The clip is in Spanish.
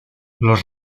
los